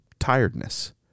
tiredness